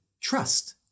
trust